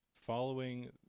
following